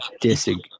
disagree